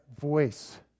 voice